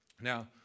Now